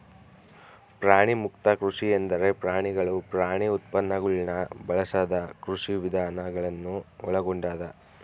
ಪ್ರಾಣಿಮುಕ್ತ ಕೃಷಿ ಎಂದರೆ ಪ್ರಾಣಿಗಳು ಪ್ರಾಣಿ ಉತ್ಪನ್ನಗುಳ್ನ ಬಳಸದ ಕೃಷಿವಿಧಾನ ಗಳನ್ನು ಒಳಗೊಂಡದ